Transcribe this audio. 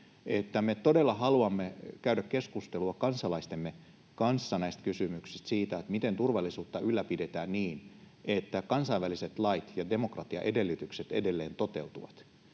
me todella haluamme käydä keskustelua kansalaistemme kanssa näistä kysymyksistä, siitä, miten turvallisuutta ylläpidetään niin, että kansainväliset lait ja demokratian edellytykset edelleen toteutuvat.